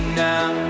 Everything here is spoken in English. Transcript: now